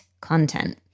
content